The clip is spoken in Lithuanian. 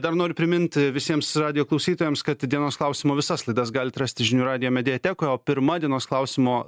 dar noriu primint visiems radijo klausytojams kad dienos klausimo visas laidas galit rasti žinių radijo mediatekoj o pirma dienos klausimo